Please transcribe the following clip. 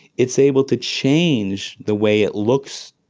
it's able to change the way it looks,